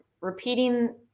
repeating